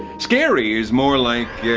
scary is more like,